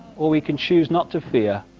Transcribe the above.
or we can choose not to fear